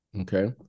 Okay